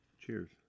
Cheers